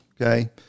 okay